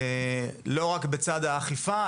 לא רק בצד האכיפה,